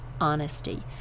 honesty